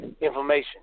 information